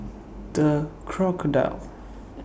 The Crocodile